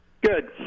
Good